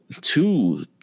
two